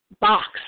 box